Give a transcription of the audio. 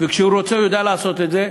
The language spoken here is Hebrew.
וכשהוא רוצה הוא יודע לעשות את זה,